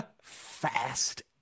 Fast